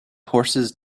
horses